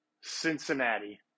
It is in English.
Cincinnati